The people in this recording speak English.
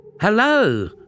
Hello